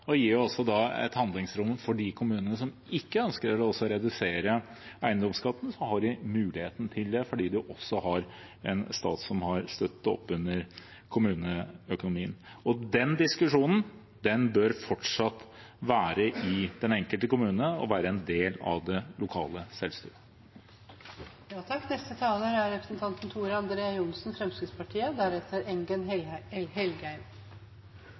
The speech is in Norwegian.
og gir et handlingsrom for de kommunene som ikke ønsker å redusere eiendomsskatten. De har mulighet til det fordi de også har en stat som støtter opp om kommuneøkonomien. Den diskusjonen bør fortsatt være i den enkelte kommune og være en del av det lokale selvstyret. Jeg tror faktisk de fleste partier i Norge, i hvert fall alle partier i denne sal, er